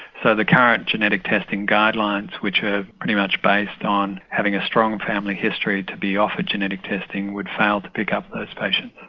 so the current genetic testing guidelines which are pretty much based on having a strong family history to be offered genetic testing would fail to pick up those patients.